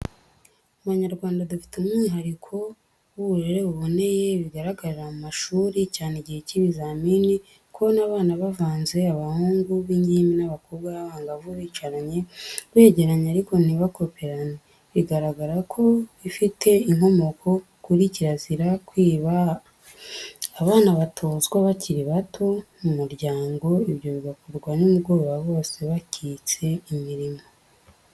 Abanyarwanda dufite umwihariko w'uburere buboneye, bigaragarira mu mashuri cyane igihe cy'ibizamini, kubona abana bavanze abahungu b'ingimbi n'abakobwa b'abangavu bicaranye, begeranye ariko ntibakoperane, bigaragara ko bifite inkomoko kuri kirazira kwiba abana batozwa bakiri bato mu muryango, ibyo bikorwa nimugoroba bose bakitse imirimo.